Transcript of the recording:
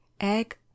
egg